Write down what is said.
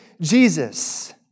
Jesus